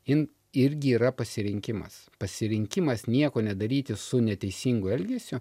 jin irgi yra pasirinkimas pasirinkimas nieko nedaryti su neteisingu elgesiu